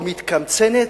או מתקמצנת,